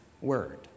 word